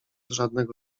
żadnego